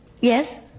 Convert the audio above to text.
yes